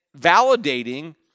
validating